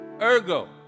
ergo